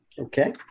Okay